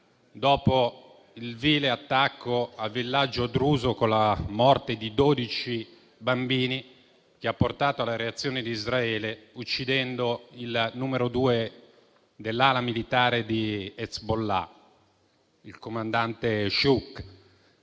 dopo il vile attacco al villaggio druso, con la morte di dodici bambini, che ha portato alla reazione di Israele, uccidendo il numero due dell'ala militare di Hezbollah, il comandante Shukr.